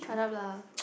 shup up lah